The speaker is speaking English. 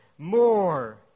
More